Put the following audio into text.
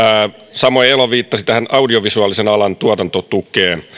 samoin elo viittasi audiovisuaalisen alan tuotantotukeen